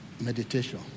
meditation